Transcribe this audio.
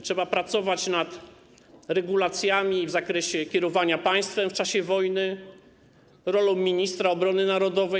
Trzeba pracować nad regulacjami w zakresie kierowania państwem w czasie wojny, rolą ministra obrony narodowej.